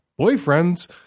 boyfriends